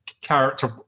character